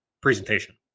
presentation